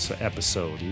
episode